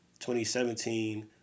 2017